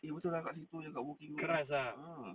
eh betul lah kat situ yang kat boon keng ah